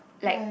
like